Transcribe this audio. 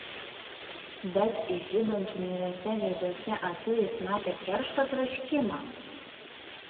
bet iš žibančių niūriuose veiduose akių jis matė keršto troškimą